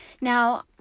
Now